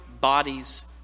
bodies